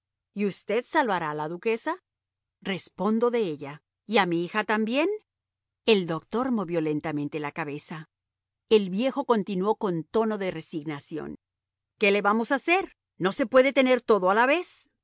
y usted salvará a la duquesa respondo de ella y a mi hija también el doctor movió lentamente la cabeza el viejo continuó con tono de resignación qué le vamos a hacer no se puede tener todo a la vez